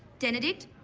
denedict,